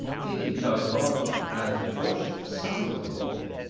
taking thy part, hath brush'd aside the law,